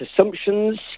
assumptions